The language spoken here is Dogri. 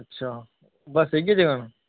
अच्छा बस इयै न